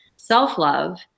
Self-love